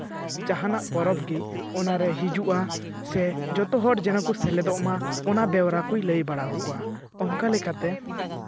ᱡᱟᱦᱟᱸᱱᱟᱜ ᱯᱚᱨᱚᱵᱽ ᱜᱮ ᱚᱱᱟᱨᱮ ᱦᱤᱡᱩᱜᱼᱟ ᱥᱮ ᱡᱚᱛᱚ ᱦᱚᱲ ᱡᱮᱱᱚ ᱠᱚ ᱥᱮᱞᱮᱫᱚᱜ ᱢᱟ ᱚᱱᱟ ᱵᱮᱣᱨᱟ ᱠᱚᱭ ᱞᱟᱹᱭ ᱵᱟᱲᱟ ᱟᱠᱚᱣᱟ ᱚᱱᱠᱟ ᱞᱮᱠᱟᱛᱮ